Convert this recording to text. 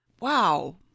Wow